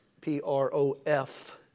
P-R-O-F